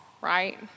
right